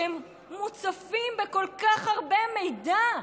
שהם מוצפים בכל כך הרבה מידע,